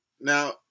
Now